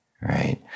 right